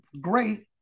great